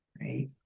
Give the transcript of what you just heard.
right